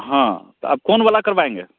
हाँ तो आप कौन वाला करवाएँगे